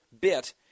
bit